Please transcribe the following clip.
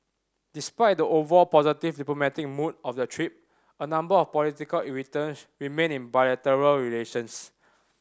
despite the overall positive diplomatic mood of the trip a number of political irritants remain in bilateral relations